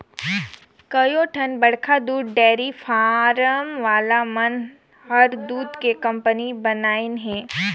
कयोठन बड़खा दूद डेयरी फारम वाला मन हर दूद के कंपनी बनाईंन हें